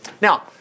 Now